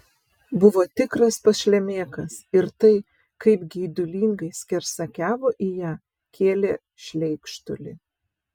buvo tikras pašlemėkas ir tai kaip geidulingai skersakiavo į ją kėlė šleikštulį